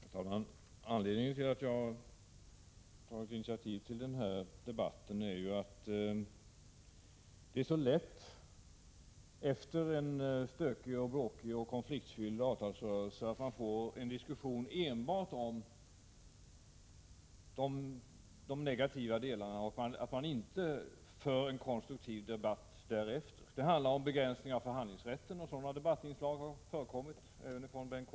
Herr talman! Anledningen till att jag har tagit initiativ till denna debatt är att det efter en stökig, bråkig och konfliktfylld avtalsrörelse så lätt uppstår en diskussion enbart om de negativa delarna och att det inte förs en konstruktiv debatt. Det handlar om begränsning av förhandlingsrätten, och sådana debattinslag har förekommit, även från Bengt K.